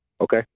Okay